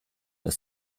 das